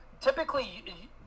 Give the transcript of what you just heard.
typically